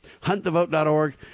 Huntthevote.org